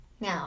Now